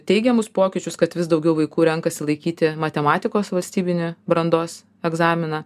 teigiamus pokyčius kad vis daugiau vaikų renkasi laikyti matematikos valstybinį brandos egzaminą